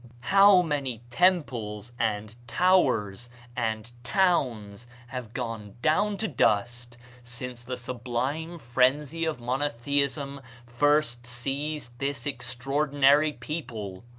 how many temples and towers and towns have gone down to dust since the sublime frenzy of monotheism first seized this extraordinary people!